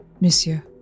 Monsieur